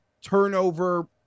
turnover